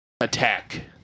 attack